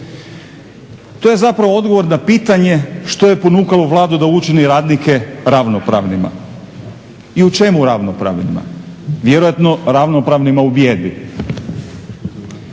To je zapravo odgovor na pitanje što je ponukalo Vladu da učini radnike ravnopravnima i u čemu ravnopravnima? Vjerojatno ravnopravnima u bijedi.